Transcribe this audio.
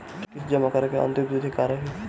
किस्त जमा करे के अंतिम तारीख का रही?